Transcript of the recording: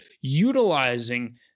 utilizing